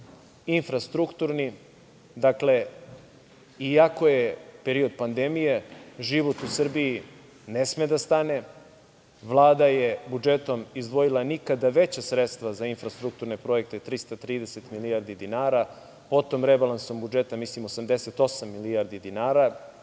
infrastrukturni. Dakle, iako je period pandemije, život u Srbiji ne sme da stane. Vlada je budžetom izdvojila nikada veća sredstva za infrastrukturne projekte, 330 milijardi dinara, potom rebalansom budžeta 88 milijardi dinara.